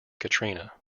katrina